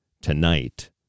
Tonight